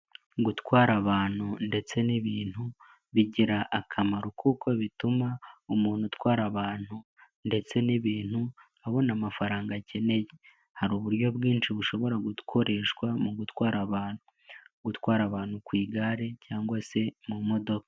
Gutwara abantu ndetse n'ibintu bigira akamaro kuko bituma umuntu atwara abantu ndetse n'ibintu abona amafaranga akeneye. Hari uburyo bwinshi bushobora gukoreshwa mu gutwara abantu gutwara abantu ku igare cyangwa se mu imodoka.